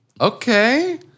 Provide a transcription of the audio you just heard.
Okay